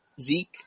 Zeke